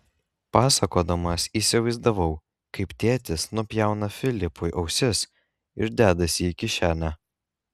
pasakodamas įsivaizdavau kaip tėtis nupjauna filipui ausis ir dedasi į kišenę